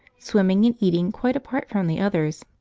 swimming and eating quite apart from the others.